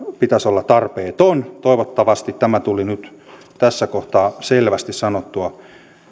pitäisi olla tarpeeton toivottavasti tämä tuli nyt tässä kohtaa selvästi sanottua